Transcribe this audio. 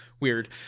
weird